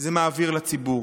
זה מעביר לציבור.